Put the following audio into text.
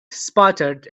sputtered